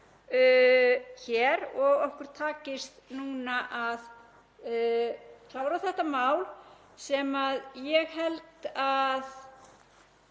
hér og að okkur takist að klára þetta mál sem ég held að